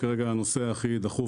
דחוף